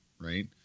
right